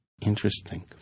Interesting